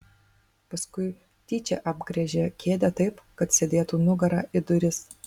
paskui tyčia apgręžė kėdę taip kad sėdėtų nugara į duris